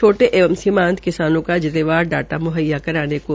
छोटे एवं सीमांत किसानों का जिलेवार डाटा म्हैया करवाने को भी कहा